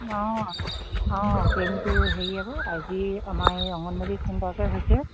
অঁ অঁ কেম্পটো হেৰি আকৌ আজি আমাৰ এই অংগনবাদী কেম্পাচতে হৈছে